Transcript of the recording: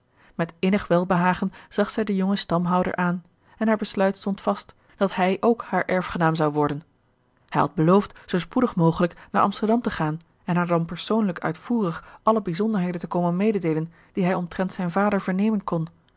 met innig welbehagen zag zij den jongen stamhouder aan en haar besluit stond vast dat hij ook haar erfgenaam zou worden hij had beloofd zoo spoedig mogelijk naar amsterdam te gaan en haar dan persoonlijk uitvoerig alle bijzonderheden te komen mededeelen die hij omtrent zijn vader vernemen kon